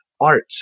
art